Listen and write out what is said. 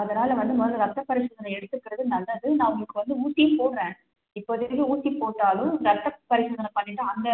அதனால் வந்து மொதலில் ரத்த பரிசோதனை எடுத்துக்கிறது நல்லது நான் உங்களுக்கு வந்து ஊசியும் போடுறேன் இப்போதைக்கு ஊசி போட்டாலும் ரத்த பரிசோதனை பண்ணிவிட்டு அந்த